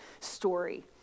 story